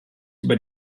über